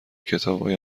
کتابای